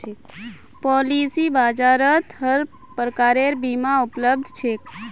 policy बाजारत हर प्रकारेर बीमा उपलब्ध छेक